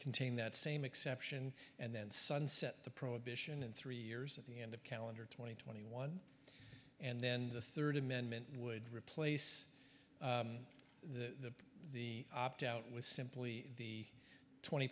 contain that same exception and then sunset the prohibition in three years at the end of calendar twenty twenty one and then the third amendment would replace the the opt out was simply the twenty